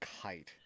kite